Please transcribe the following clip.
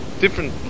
different